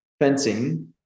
Fencing